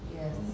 Yes